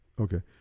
Okay